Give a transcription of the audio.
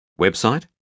Website